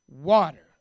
water